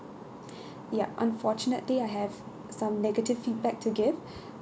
yup unfortunately I have some negative feedback to give